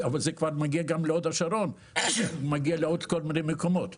זה מגיע כבר גם להוד השרון ולמקומות נוספים.